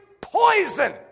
poison